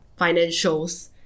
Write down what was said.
financials